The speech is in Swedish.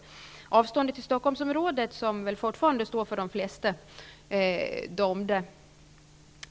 Avståndet från Gotland till Stockholmsområdet, som väl fortfarande står för de flesta dömda,